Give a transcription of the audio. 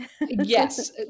Yes